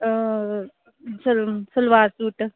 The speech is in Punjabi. ਸਲ ਸਲਵਾਰ ਸੂਟ